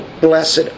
blessed